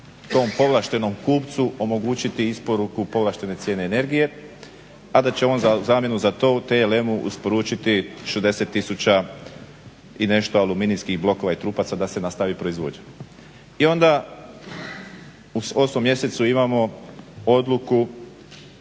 tom povlaštenom kupcu omogućiti isporuku povlaštene cijene energije, a da će on za zamjenu za to u TLM-u isporučiti 60000 i nešto aluminijskih blokova i trupaca da se nastavi proizvodnja. I onda u 8 mjesecu imamo odluku